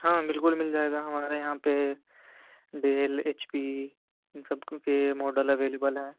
ہاں بالکل مل جائے گا ہمارے یہاں پہ ڈیل ایچ پی ان سب کے ماڈل اویلبل ہیں